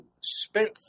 spent